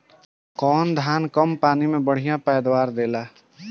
कौन धान कम पानी में बढ़या पैदावार देला?